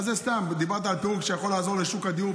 זה סתם, דיברת על פירוק, יכול לעזור לשוק הדיור.